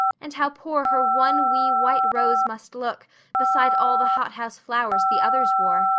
and how poor her one wee white rose must look beside all the hothouse flowers the others wore!